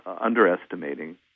underestimating –